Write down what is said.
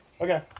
Okay